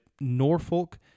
Norfolk